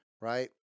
Right